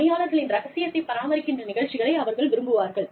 பணியாளர்களின் ரகசியத்தைப் பராமரிக்கின்ற நிகழ்ச்சிகளை அவர்கள் விரும்புகிறார்கள்